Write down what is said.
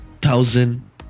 thousand